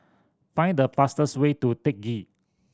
find the fastest way to Teck Ghee